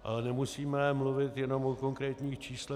Ale nemusíme mluvit jenom o konkrétních číslech.